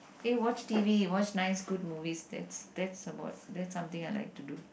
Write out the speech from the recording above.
eh watch t_v watch nice good movie that's that's about that's something I like to do